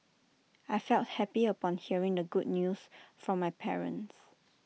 I felt happy upon hearing the good news from my parents